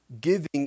giving